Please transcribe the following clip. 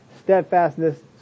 Steadfastness